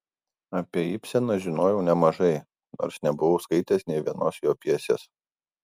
apie ibseną žinojau nemažai nors nebuvau skaitęs nė vienos jo pjesės